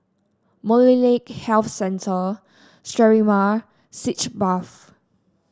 Molnylcke Health Centre Sterimar Sitz Bath